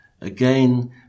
Again